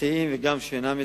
מציעים וגם שאינם מציעים,